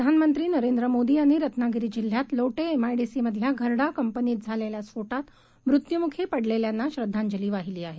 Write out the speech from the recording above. प्रधानमंत्री नरेंद्र मोदी यांनी रत्नागिरी जिल्ह्यात लोटे एमआयडीसीमधल्या घरडा कंपनीत झालेल्या स्फोटात मृत्यूमुखी पडलेल्यांना श्रद्धांजली वाहिली आहे